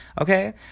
Okay